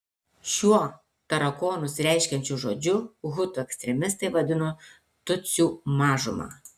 šiuo tarakonus reiškiančiu žodžiu hutų ekstremistai vadino tutsių mažumą